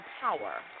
power